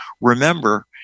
remember